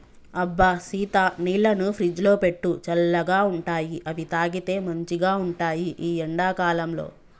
అబ్బ సీత నీళ్లను ఫ్రిజ్లో పెట్టు చల్లగా ఉంటాయిఅవి తాగితే మంచిగ ఉంటాయి ఈ ఎండా కాలంలో